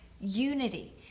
unity